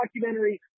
documentary